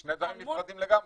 אלה שני דברים נפרדים לגמרי.